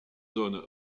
zones